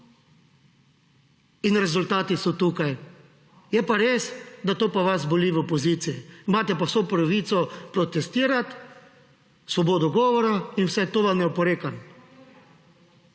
in rezultati so tukaj. Je pa res, da to pa vas boli v opoziciji. Imate pa vso pravico protestirati, svobode govora in vsega tega vam ne oporekam.